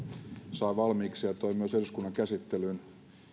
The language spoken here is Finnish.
sai valmiiksi ja toi myös eduskunnan käsittelyyn